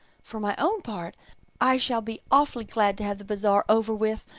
for my own part i shall be awfully glad to have the bazaar over with.